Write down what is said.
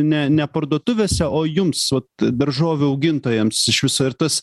ne ne parduotuvėse o jums vat daržovių augintojams iš viso ir tas